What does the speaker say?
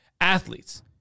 athletes